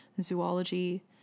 zoology